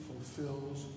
fulfills